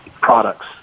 products